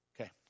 Okay